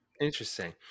interesting